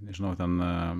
nežinau ten